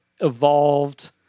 evolved